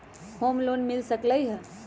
Home loan मिल सकलइ ह?